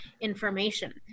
information